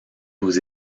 aux